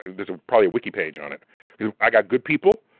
there's probably a wiki page on it. cause i got good people,